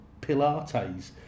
Pilates